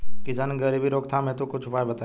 किसान के गरीबी रोकथाम हेतु कुछ उपाय बताई?